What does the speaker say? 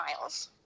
miles